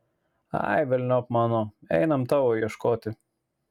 ai velniop mano einame tavo ieškoti